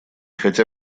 хотя